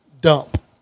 dump